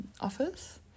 office